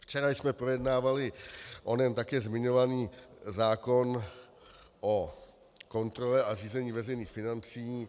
Včera jsme projednávali onen také zmiňovaný zákon o kontrole a řízení veřejných financí.